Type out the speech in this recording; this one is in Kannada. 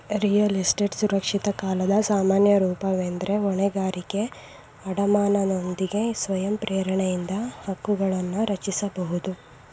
ರಿಯಲ್ ಎಸ್ಟೇಟ್ ಸುರಕ್ಷಿತ ಕಾಲದ ಸಾಮಾನ್ಯ ರೂಪವೆಂದ್ರೆ ಹೊಣೆಗಾರಿಕೆ ಅಡಮಾನನೊಂದಿಗೆ ಸ್ವಯಂ ಪ್ರೇರಣೆಯಿಂದ ಹಕ್ಕುಗಳನ್ನರಚಿಸಬಹುದು